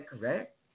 correct